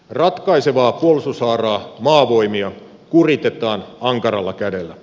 ratkaisevaa puolustushaaraa maavoimia kuritetaan ankaralla kädellä